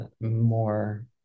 more